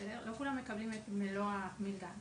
לא כולם מקבלים את מלוא המלגה.